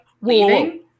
leaving